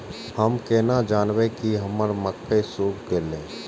हम केना जानबे की हमर मक्के सुख गले?